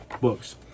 books